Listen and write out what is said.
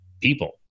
people